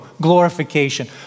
Glorification